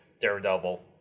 daredevil